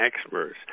experts